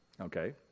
okay